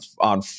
on